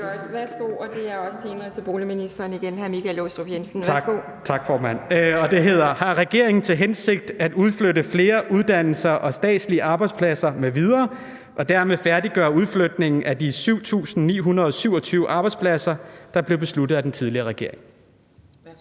Jensen (V): Tak, formand. Spørgsmålet lyder: Har regeringen til hensigt at udflytte flere uddannelser og statslige arbejdspladser m.v. og dermed færdiggøre udflytningen af de 7.927 arbejdspladser, der blev besluttet af den tidligere regering?